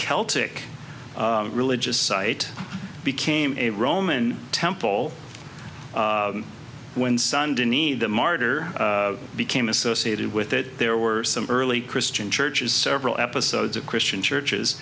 celtic religious site became a roman temple when sundanese the martyr became associated with it there were some early christian churches several episodes of christian churches